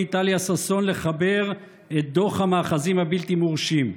טליה ששון לחבר את דוח המאחזים הבלתי-מורשים.